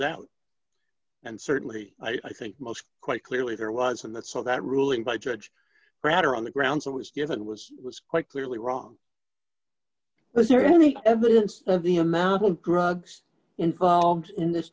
doubt and certainly i think most quite clearly there was in that so that ruling by judge rather on the grounds that was different was was quite clearly wrong is there any evidence of the amount of drugs involved in this